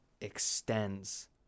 extends